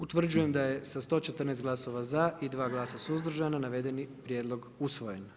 Utvrđujem da je sa 114 glasova za i 2 glasa suzdržana navedeni prijedlog usvojen.